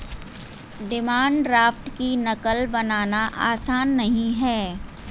demand draft की नक़ल बनाना आसान नहीं है